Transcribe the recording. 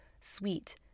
Sweet